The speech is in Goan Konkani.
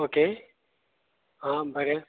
ओके आं बरें